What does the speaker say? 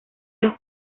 los